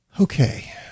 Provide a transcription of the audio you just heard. okay